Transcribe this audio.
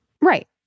Right